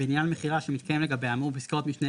ולעניין מכירה שמתקיים לגביה האמור בפסקאות משנה